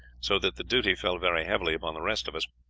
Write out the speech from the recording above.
so that the duty fell very heavily upon the rest of us,